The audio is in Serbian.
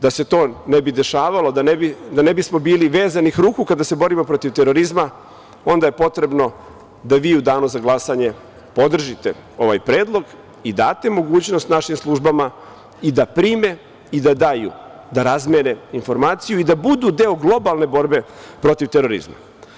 Da se to ne bi dešavalo, da ne bismo bili vezanih ruku kada se borimo protiv terorizma, onda je potrebno da vi u Danu za glasanje podržite ovaj predlog i date mogućnost našim službama i da prime i da daju, da razmene informaciju i da budu deo globalne borbe protiv terorizma.